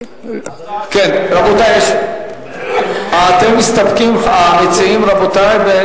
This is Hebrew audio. רבותי, אתם מסתפקים, המציעים, רבותי?